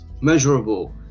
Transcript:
measurable